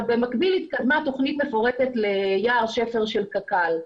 במקביל התקדמה תוכנית מפורטת ליער שפר של קק"ל.